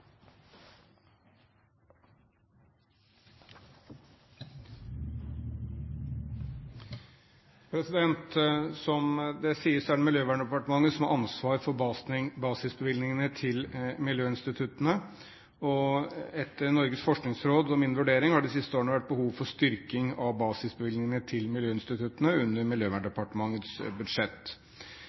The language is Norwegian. Som det sies, er det Miljøverndepartementet som har ansvar for basisbevilgningene til miljøinstituttene, og etter Norges forskningsråds og min vurdering har det de siste årene vært behov for en styrking av basisbevilgningene til miljøinstituttene under Miljøverndepartementets budsjett.